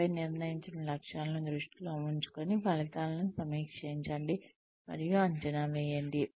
ఆపై నిర్ణయించిన లక్ష్యాలను దృష్టిలో ఉంచుకుని ఫలితాలను సమీక్షించండి మరియు అంచనా వేయండి